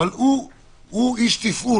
אבל הוא איש תפעול.